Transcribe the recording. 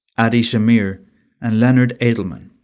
adi shamir and leonard adleman.